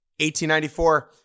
1894